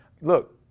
Look